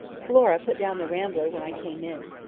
flora put down the rambler when i came in.